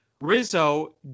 Rizzo